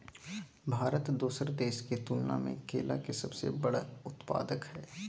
भारत दोसर देश के तुलना में केला के सबसे बड़ उत्पादक हय